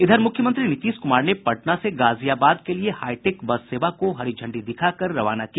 इधर मुख्यमंत्री नीतीश कुमार ने पटना से गाजियाबाद के लिये हाईटेक बस सेवा को हरी झंडी दिखाकर रवाना किया